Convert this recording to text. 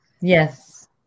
Yes